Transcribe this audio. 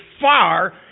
far